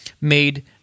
made